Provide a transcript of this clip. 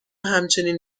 همچنین